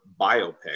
biopic